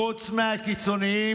חוץ מהקיצוניים,